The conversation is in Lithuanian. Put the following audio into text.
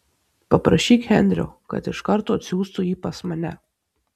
paprašyk henrio kad iš karto atsiųstų jį pas mane